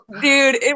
Dude